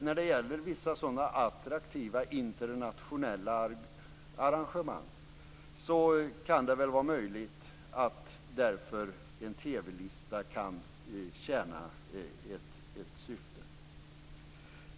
När det gäller vissa sådana attraktiva internationella arrangemang kan det väl vara möjligt att en TV lista kan tjäna ett syfte.